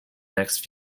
next